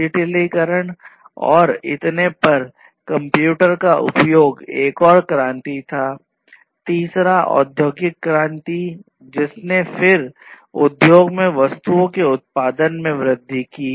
डिजिटलीकरण और इतने पर कंप्यूटर का उपयोग एक और क्रांति था तीसरा औद्योगिक क्रांति जिसने फिर उद्योग में वस्तुओं के उत्पादन में वृद्धि की